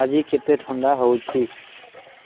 ଆଜି କେତେ ଥଣ୍ଡା ହେଉଛି